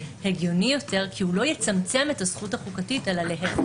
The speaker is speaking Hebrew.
הגיוני יותר כי הוא לא יצמצם את הזכות החוקתית אלא להפך.